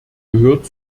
gehört